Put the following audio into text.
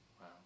Wow